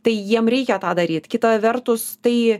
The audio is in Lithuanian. tai jiem reikia tą daryt kita vertus tai